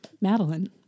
Madeline